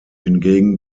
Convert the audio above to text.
hingegen